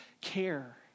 care